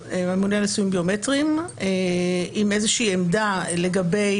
עם איזה שהיא עמדה לגבי